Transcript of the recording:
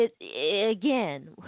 again